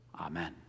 Amen